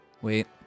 Wait